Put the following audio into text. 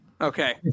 okay